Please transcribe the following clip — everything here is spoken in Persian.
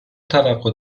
توقع